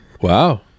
Wow